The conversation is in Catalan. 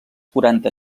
quaranta